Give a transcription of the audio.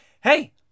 hey